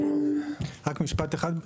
רק משפט אחד.